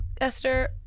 Esther